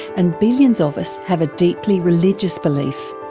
and billions of us have a deeply religious belief.